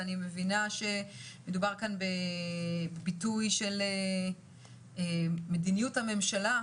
ואני מבינה שמדובר כאן בביטוי של מדיניות הממשלה,